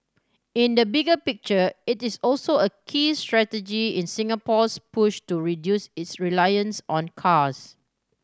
in the bigger picture it is also a key strategy in Singapore's push to reduce its reliance on cars